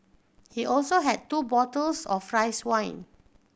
he also had two bottles of rice wine